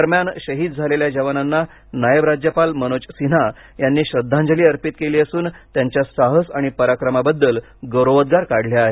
दरम्यान शहीद झालेल्या जवानाना नायब राज्यपाल मनोज सिन्हा यांनी श्रद्धांजली अर्पित केली असून त्यांच्या साहस आणि पराक्रमाबद्दल गौरवोदगार काढले आहेत